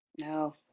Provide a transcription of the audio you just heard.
No